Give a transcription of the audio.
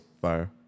Fire